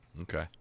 Okay